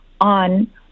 on